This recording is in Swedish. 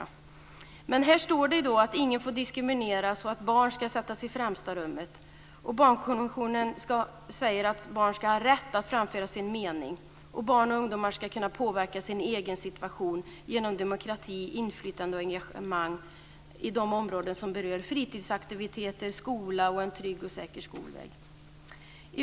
I barnkonventionen står det att ingen får diskrimineras och att barn ska sättas i främsta rummet. Det står att barn ska ha rätt att framföra sin mening. Barn och ungdomar ska kunna påverka sin egen situation genom demokrati, inflytande och engagemang inom de områden som berör dem, som fritidsaktiviteter, skola och en trygg och säker skolväg.